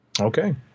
Okay